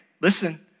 Listen